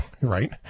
right